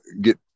get